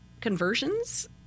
conversions